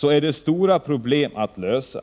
finns det stora problem att lösa.